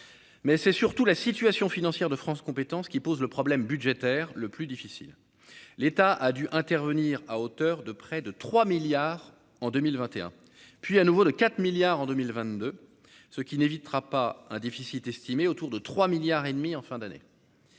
mais c'est surtout la situation financière de France compétences qui pose le problème budgétaire le plus difficile, l'État a dû intervenir à hauteur de près de 3 milliards en 2021, puis à nouveau de 4 milliards en 2022, ce qui n'évitera pas un déficit estimé autour de 3 milliards et demi en fin d'année.